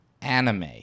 anime